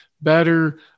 better